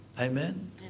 Amen